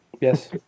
Yes